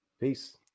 peace